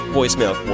Voicemail